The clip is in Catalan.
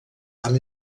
amb